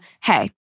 hey